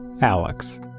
Alex